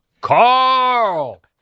Carl